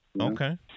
Okay